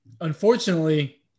unfortunately